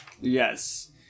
Yes